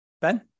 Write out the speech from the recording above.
Ben